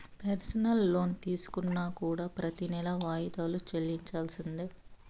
personal loan తీసుకున్నా కూడా ప్రెతి నెలా వాయిదాలు చెల్లించాల్సిందే